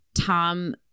Tom